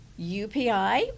UPI